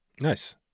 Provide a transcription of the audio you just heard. Nice